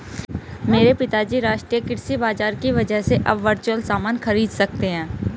मेरे पिताजी राष्ट्रीय कृषि बाजार की वजह से अब वर्चुअल सामान खरीद सकते हैं